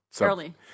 Early